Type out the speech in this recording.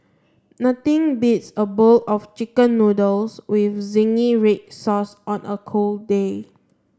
nothing beats a bowl of chicken noodles with zingy red sauce on a cold day